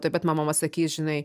tuoj pat man mama sakys žinai